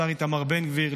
השר איתמר בן גביר,